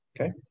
Okay